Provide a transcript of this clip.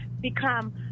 become